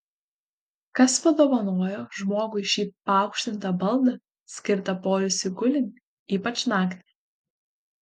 kas padovanojo žmogui šį paaukštintą baldą skirtą poilsiui gulint ypač naktį